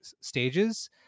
stages